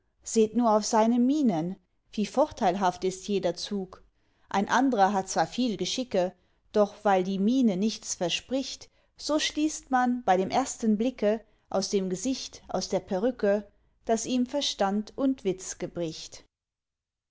seht nur auf seine mienen wie vorteilhaft ist jeder zug ein andrer hat zwar viel geschicke doch weil die miene nichts verspricht so schließt man bei dem ersten blicke aus dem gesicht aus der perücke daß ihm verstand und witz